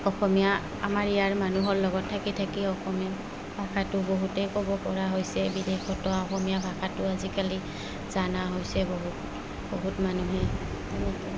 অসমীয়া আমাৰ ইয়াৰ মানুহৰ লগত থাকি থাকি অসমীয়া ভাষাটো বহুতেই ক'ব পৰা হৈছে বিদেশতো অসমীয়া ভাষাটো আজিকালি জানা হৈছে বহুত বহুত মানুহে এনেকৈ